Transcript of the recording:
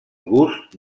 gust